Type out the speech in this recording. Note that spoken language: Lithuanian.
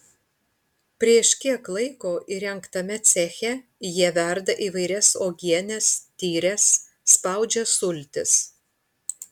prieš kiek laiko įrengtame ceche jie verda įvairias uogienes tyres spaudžia sultis